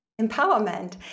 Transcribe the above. empowerment